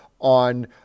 on